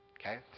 Okay